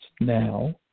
now